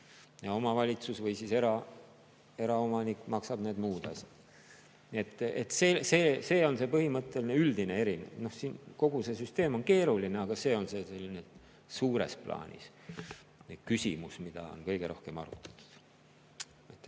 Ja omavalitsus või siis eraomanik maksab muud asjad. See on see põhimõtteline, üldine erinevus. Kogu see süsteem on keeruline, aga see on selline suures plaanis küsimus, mida on kõige rohkem arutatud.